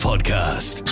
Podcast